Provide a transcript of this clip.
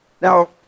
Now